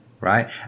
Right